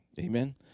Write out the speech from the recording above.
Amen